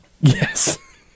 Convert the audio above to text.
Yes